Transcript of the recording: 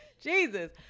Jesus